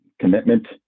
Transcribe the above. commitment